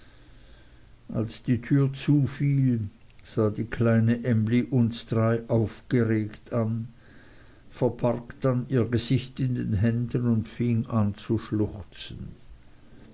als die tür zufiel sah die kleine emly uns drei aufgeregt an verbarg dann ihr gesicht in den händen und fing an zu schluchzen